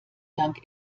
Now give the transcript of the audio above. dank